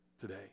today